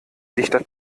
dichter